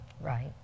right